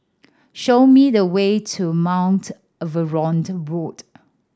show me the way to Mount Road